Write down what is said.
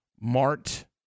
Mart